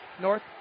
North